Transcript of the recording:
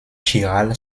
chiral